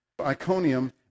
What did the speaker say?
Iconium